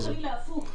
לא, חס וחלילה, הפוך.